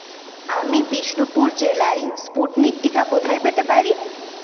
আমি বিষ্ণুপুর জেলায় স্পুটনিক টিকা কোথায় পেতে পারি